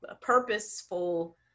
purposeful